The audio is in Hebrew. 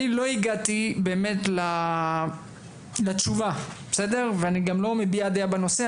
אני לא הגעתי באמת לתשובה ואני גם לא מביע דעה בנושא.